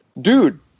dude